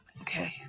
Okay